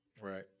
Right